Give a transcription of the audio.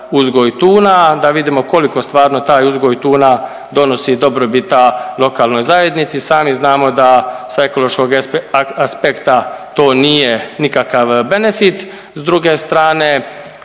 uzgoj tuna da vidimo koliko stvarno taj uzgoj tuna donosi dobrobita lokalnoj zajednici. I sami znamo da sa ekološkog aspekta to nije nikakav benefit, s druge strane